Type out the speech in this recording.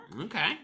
Okay